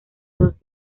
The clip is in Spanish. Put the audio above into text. dos